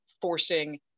forcing